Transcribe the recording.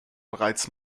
bereits